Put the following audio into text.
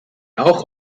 auch